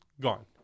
Gone